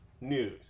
news